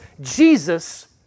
Jesus